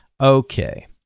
Okay